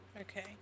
Okay